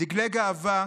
דגלי גאווה,